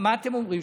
מה אתם אומרים?